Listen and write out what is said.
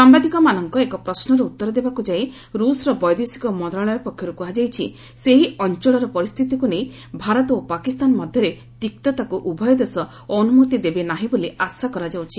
ସାମ୍ଭାଦିକମାନଙ୍କ ଏକ ପ୍ରଶ୍ୱର ଉତ୍ତର ଦେବାକୁ ଯାଇ ରୁଷ୍ର ବୈଦେଶିକ ମନ୍ତ୍ରଣାଳୟ ପକ୍ଷରୁ କୁହାଯାଇଛି ସେହି ଅଞ୍ଚଳର ପରିସ୍ଥିତିକୁ ନେଇ ଭାରତ ଓ ପାକିସ୍ତାନ ମଧ୍ୟରେ ତିକ୍ତତାକୁ ଉଭୟ ଦେଶ ଅନୁମତି ଦେବେ ନାହିଁ ବୋଲି ଆଶା କରାଯାଉଛି